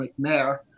McNair